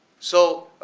so,